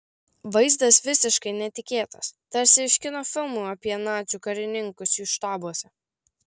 vaizdas visiškai netikėtas tarsi iš kino filmų apie nacių karininkus jų štabuose